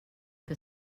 que